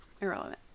Irrelevant